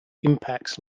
impacts